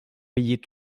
payer